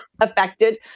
affected